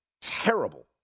terrible